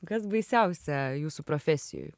kas baisiausia jūsų profesijoj